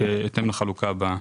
בהתאם לחלוקה הבאה: